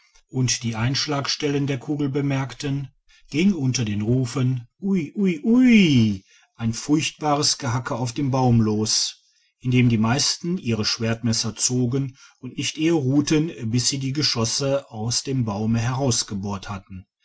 und die einschlagstellen der kugeln bemerkten ging unter den rufen ui ui uih ein furchtbares gehacke auf den baum los indem die meisten ihre schwertmesser zogen und nicht eher ruhten bis sie die geschosse aus dem baume herausgebohrt hatten